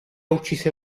uccise